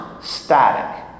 static